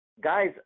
Guys